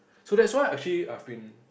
so that's why actually I've been